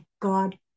God